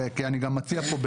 אני גם מציע פה,